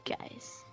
guys